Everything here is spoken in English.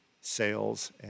sales